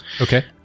Okay